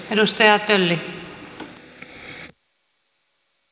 arvoisa puhemies